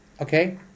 Okay